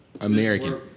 American